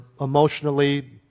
emotionally